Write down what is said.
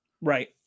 Right